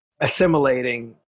assimilating